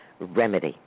remedy